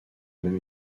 même